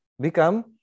become